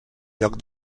lloc